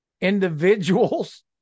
individuals